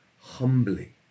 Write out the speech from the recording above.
humbly